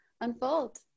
unfold